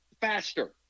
faster